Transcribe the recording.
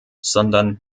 sondern